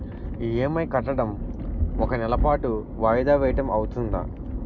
EMI కట్టడం ఒక నెల పాటు వాయిదా వేయటం అవ్తుందా?